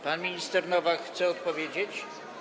Pan minister Nowak chce odpowiedzieć?